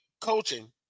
coaching